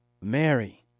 Mary